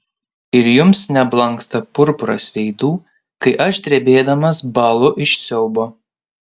ir jums neblanksta purpuras veidų kai aš drebėdamas bąlu iš siaubo